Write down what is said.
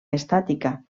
estàtica